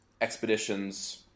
expeditions